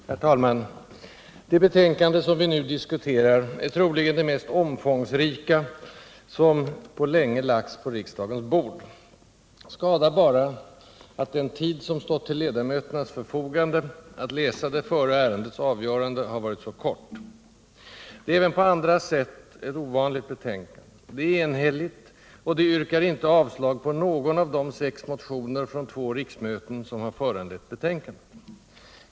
Herr talman! Det betänkande vi nu diskuterar är troligen ett av de mest omfångsrika som på länge lagts på riksdagens bord — skada bara att den tid som stått till ledamöternas förfogande att läsa det före ärendets avgörande har varit så kort. Det är även på andra sätt ett ovanligt betänkande. Det är enhälligt, och det yrkar inte avslag på någon av de sex motioner från två riksmöten som föranlett betänkandet.